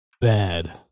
bad